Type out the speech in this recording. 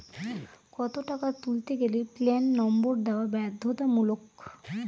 কত টাকা তুলতে গেলে প্যান নম্বর দেওয়া বাধ্যতামূলক?